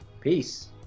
peace